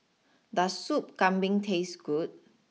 does Soup Kambing taste good